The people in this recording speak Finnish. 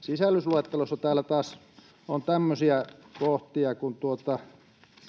Sisällysluettelossa täällä taas on tämmöisiä kohtia kuin